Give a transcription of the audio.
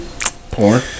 Porn